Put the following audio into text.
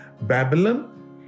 Babylon